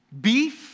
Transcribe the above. beef